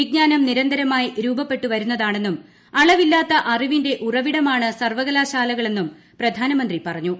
വിജ്ഞാനം നിരന്തരമായി രൂപപ്പെട്ടുവരുണ്ണിതാണെന്നും അളവില്ലാത്ത അറിവിന്റെ ഉറവിടമാണ് സർവ്വകലാശാലകളെന്നും പ്രധാനമന്ത്രി പറഞ്ഞു